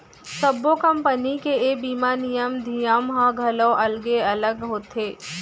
सब्बो कंपनी के ए बीमा नियम धियम ह घलौ अलगे अलग होथे